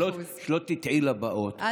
שלא תטעי לבאות,